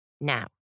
Now